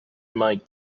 might